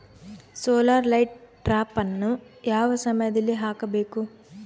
Solar light ಟ್ರಾಪನ್ನು ಯಾವ ಸಮಯದಲ್ಲಿ ಹಾಕಬೇಕು?